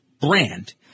brand